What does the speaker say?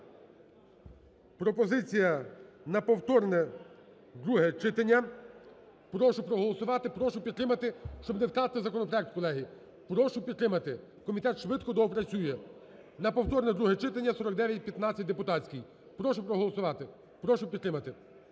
прошу проголосувати, прошу підтримати, щоб не втратити законопроект, колеги, прошу підтримати. Комітет швидко доопрацює. На повторне друге читання 4915 депутатський, прошу проголосувати, прошу підтримати.